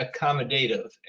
accommodative